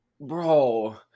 Bro